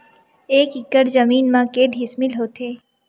एक एकड़ जमीन मा के डिसमिल होथे?